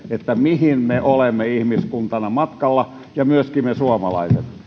mihin me olemme ihmiskuntana matkalla ja myöskin me suomalaiset